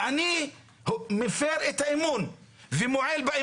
לעניינינו, אני מברכת על